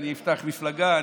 אני אפתח מפלגה,